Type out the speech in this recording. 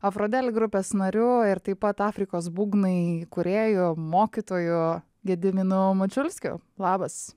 afrodeli grupės nariu taip pat afrikos būgnai įkūrėju mokytoju gediminu mačiulskiu labas